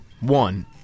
One